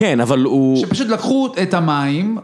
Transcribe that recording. כן, אבל הוא... שפשוט לקחו את המים...